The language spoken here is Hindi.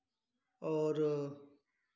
और